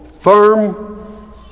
firm